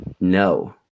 No